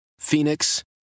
Phoenix